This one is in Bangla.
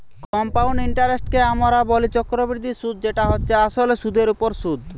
কম্পাউন্ড ইন্টারেস্টকে আমরা বলি চক্রবৃদ্ধি সুধ যেটা হচ্ছে আসলে সুধের ওপর সুধ